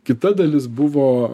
kita dalis buvo